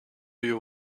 you